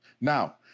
Now